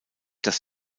dass